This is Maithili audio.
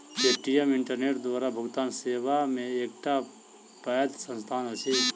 पे.टी.एम इंटरनेट द्वारा भुगतान सेवा के एकटा पैघ संस्थान अछि